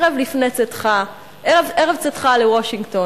ערב צאתך לוושינגטון,